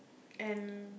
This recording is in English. and